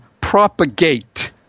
propagate